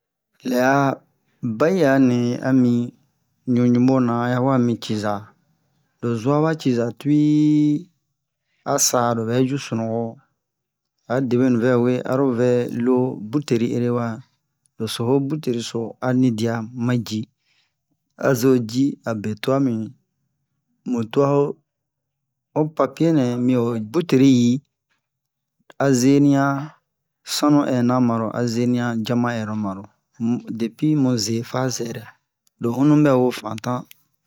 lɛ ah baya ni ami ɲu ɲumo na ayawa mi ciza lo zua ba ciza tuiii a sa lobɛ ji sunuwo a deɓenu vɛ we aro vɛ lo buteli ere wa lo so o buteli so ani dia ma ji azo ji a be-twan mi yi mu twa-o o papie nɛ mi buleli yi a zenian sanu hɛna maro a zenia diama hɛna maro depi muze fa zɛrɛ lo hunu bɛ'o fantan